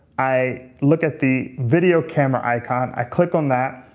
i look at the video camera icon. i click on that.